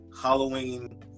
Halloween